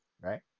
right